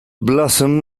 blossom